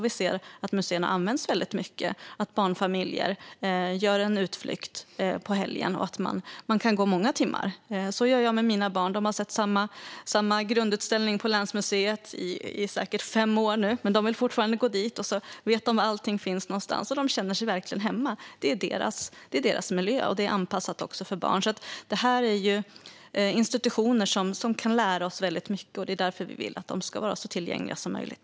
Vi ser att museer används väldigt mycket så, det vill säga att barnfamiljer gör en utflykt på helgen och kan gå runt i många timmar. Så gör jag med mina barn. De har sett samma grundutställning på länsmuseet i säkert fem år, men de vill fortfarande gå dit. De vet var allting finns, och de känner sig verkligen hemma där. Det är deras miljö. Och det är anpassat också för barn. Detta är institutioner som kan lära oss väldigt mycket. Det är därför som vi vill att de ska vara så tillgängliga som möjligt.